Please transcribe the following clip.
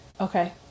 Okay